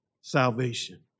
salvation